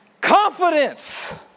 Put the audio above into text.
confidence